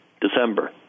december